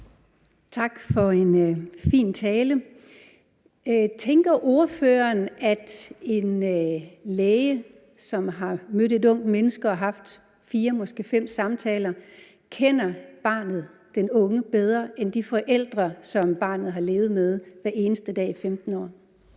Tak for en fin tale. Tænker ordføreren, at en læge, som har mødt et ungt menneske og haft fire, måske fem samtaler, kender barnet, den unge, bedre end de forældre, som barnet har levet med hver eneste dag i 15 år?